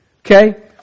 Okay